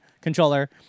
controller